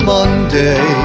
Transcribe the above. Monday